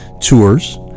tours